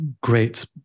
great